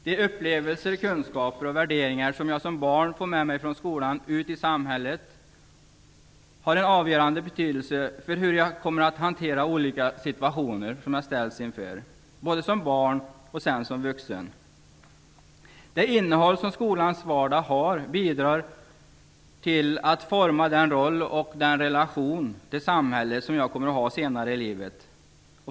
De upplevelser, kunskaper och värderingar som jag som barn får med mig från skolan ut i samhället har en avgörande betydelse för hur jag kommer att hantera olika situationer som jag ställs inför, både som barn och senare som vuxen. Det innehåll som skolans vardag har bidrar till att forma den roll i och den relation till samhället som jag kommer att ha senare i livet.